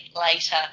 later